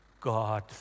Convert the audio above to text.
God